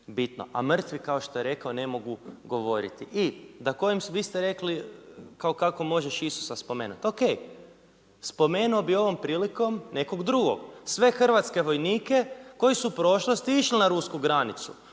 bitno. A mrtvi kao što je rekao ne mogu govoriti. I da kojem, vi ste rekli, kao kako možeš Isusa spomenuti, ok, spomenuo bi ovom prilikom nekog drugog, sve hrvatske vojnike koje su u prošlosti išli na rusku granicu,